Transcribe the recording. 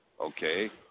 okay